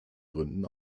gründen